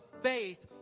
faith